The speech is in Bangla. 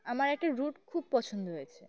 আমার একটা রুট খুব পছন্দ হয়েছে